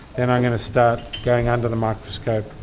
then i'm going to start going under the microscope,